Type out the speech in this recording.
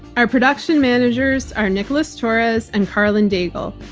our production managers are nicholas torres and karlyn daigle.